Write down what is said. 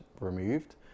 removed